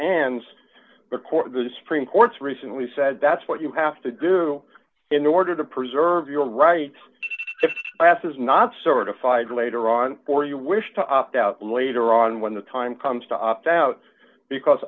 the court the supreme court's recently said that's what you have to do in order to preserve your right as is not certified later on or you wish to opt out later on when the time comes to opt out because